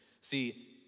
See